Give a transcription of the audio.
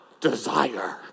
desire